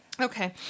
Okay